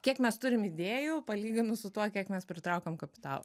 kiek mes turim idėjų palyginus su tuo kiek mes pritraukiam kapitalo